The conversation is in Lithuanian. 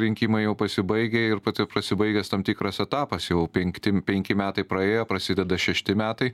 rinkimai jau pasibaigę ir pasibaigęs tam tikras etapas jau penkti penki metai praėjo prasideda šešti metai